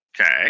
Okay